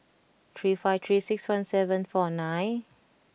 three five three six one seven four nine